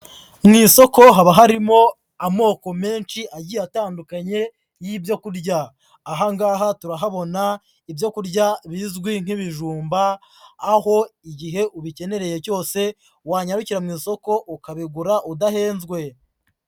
Mu isoko haba harimo amoko menshi agiye atandukanye y'ibyo kurya, aha ngaha turahabona ibyo kurya bizwi nk'ibijumba, aho igihe ubikenereye cyose wanyarukira mu isoko ukabigura udahenzwe.